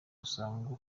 usanga